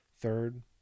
Third